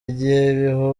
gihe